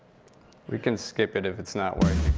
we can skip it if it's not working,